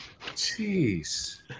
Jeez